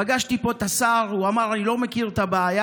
פגשתי פה את השר, והוא אמר: אני לא מכיר את הבעיה.